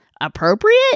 appropriate